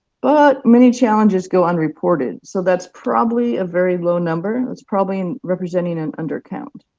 but many challenges go unreported, so that's probably a very low number. that's probably representing an undercount.